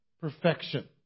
perfection